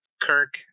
Kirk